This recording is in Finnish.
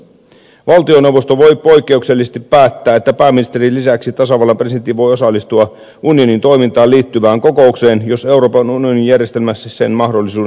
valtioneuvosto voi poikkeuksellisesti päättää että pääministerin lisäksi tasavallan presidentti voi osallistua unionin toimintaan liittyvään kokoukseen jos euroopan unionin järjestelmä sen mahdollisuuden sallii